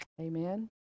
Amen